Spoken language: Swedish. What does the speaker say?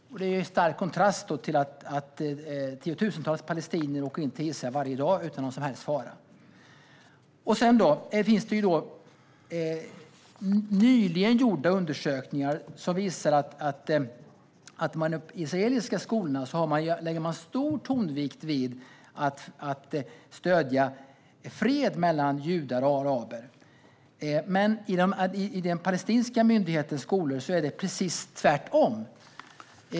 Detta står i stark kontrast till att tiotusentals palestinier åker in i Israel varje dag utan någon som helst fara. Sedan finns det nyligen gjorda undersökningar som visar att man i de israeliska skolorna lägger stor tonvikt vid att stödja fred mellan judar och araber. Men i den palestinska myndighetens skolor är det precis tvärtom.